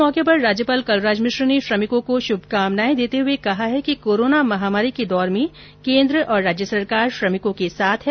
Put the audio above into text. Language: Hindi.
इस मौके पर राज्यपाल कलराज मिश्र ने श्रमिकों को श्भकामनाए देते हए कहा है कि कोरोना महामारी दौर में केन्द्र और राज्य सरकार श्रमिकों के साथ है